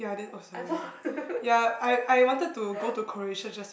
I thought